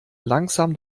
langsam